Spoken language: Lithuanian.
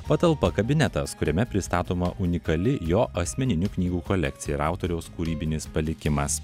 patalpa kabinetas kuriame pristatoma unikali jo asmeninių knygų kolekcija ir autoriaus kūrybinis palikimas